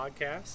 podcast